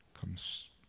comes